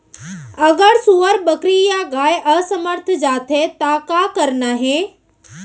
अगर सुअर, बकरी या गाय असमर्थ जाथे ता का करना हे?